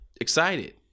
excited